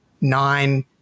nine